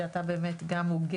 שאתה גם ההוגה